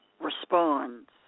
responds